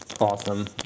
Awesome